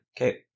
Okay